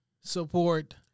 support